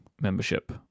membership